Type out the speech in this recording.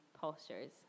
postures